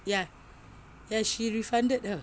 ya ya she refunded her